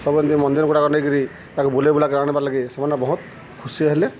ସବୁ ଏମିତି ମନ୍ଦିର ଗୁଡ଼ାକ ନେଇକିରି ତାକୁ ବୁଲେଇ ବୁଲାକି ଆଣବାର୍ ଲାଗି ସେମାନେ ବହୁତ ଖୁସି ହେଲେ